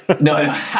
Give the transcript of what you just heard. No